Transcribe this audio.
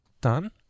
done